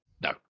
No